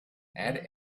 add